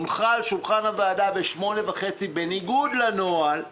הונחה על שולחן הוועדה בשעה 20:30 בניגוד לנוהל שנקבע.